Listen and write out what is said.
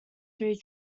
three